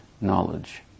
knowledge